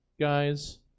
guys